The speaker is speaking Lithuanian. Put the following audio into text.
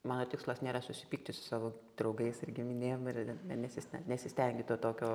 mano tikslas nėra susipykti su savo draugais ir giminėm ir ne nesisten nesistengiu to tokio